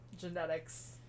Genetics